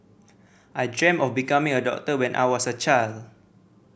I dreamt of becoming a doctor when I was a child